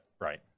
right